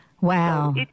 Wow